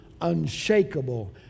unshakable